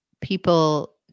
people